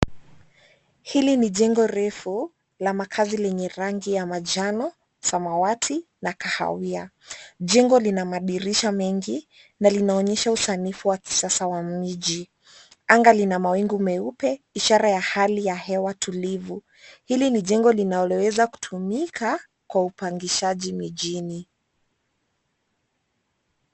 Hili ni jengo refu la makazi lenye rangi ya manjano, samawati na kahawia. Jengo lina madirisha mengi na linaonyesha usanifu wa kisasa wa mji. Anga lina mawingu meupe ishara ya hali ya hewa tulivu. Hili ni jengo linaloweza kutumika kwa upangishaji mijini.